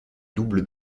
double